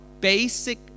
basic